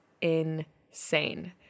insane